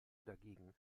dagegen